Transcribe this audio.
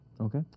Okay